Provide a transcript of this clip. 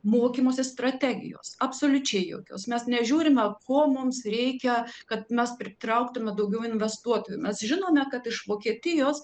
mokymosi strategijos absoliučiai jokios mes nežiūrime ko mums reikia kad mes pritrauktume daugiau investuotojų mes žinome kad iš vokietijos